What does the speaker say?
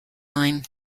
line